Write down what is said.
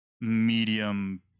medium